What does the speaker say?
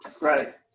Right